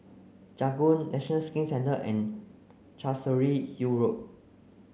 Janggung National Skin Centre and Chancery Hill Road